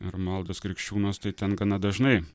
romualdas krikščiūnas tai ten gana dažnai